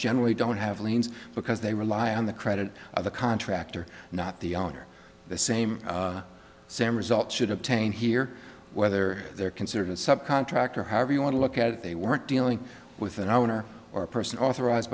generally don't have liens because they rely on the credit of the contractor not the owner the same same result should obtain here whether they're considered a subcontractor however you want to look at they weren't dealing with an owner or person authorised